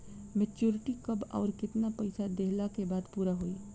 Maturity कब आउर केतना पईसा देहला के बाद पूरा होई?